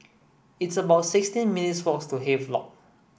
it's about sixteen minutes' walk to Havelock